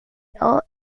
elvis